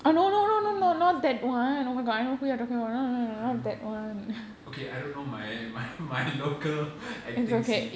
that I don't know okay I don't know my my my local acting scene